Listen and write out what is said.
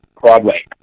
Broadway